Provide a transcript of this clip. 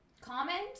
Comment